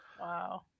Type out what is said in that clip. Wow